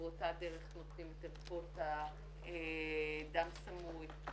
באותה דרך נותנים את --- דם סמוי,